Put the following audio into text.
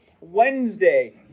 Wednesday